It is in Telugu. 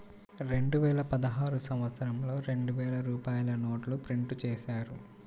రెండువేల పదహారు సంవత్సరంలో రెండు వేల రూపాయల నోట్లు ప్రింటు చేశారు